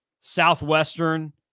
Southwestern